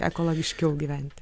ekologiškiau gyventi